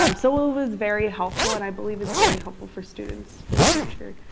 um so, it was very helpful and i believe it's very helpful for students for the future,